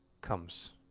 comes